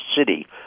city